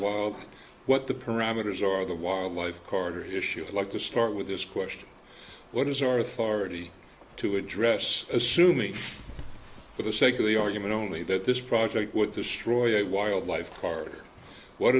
wall what the parameters or the wildlife corridor issues like to start with this question what is your authority to address assuming for the sake of the argument only that this project would destroy a wildlife park what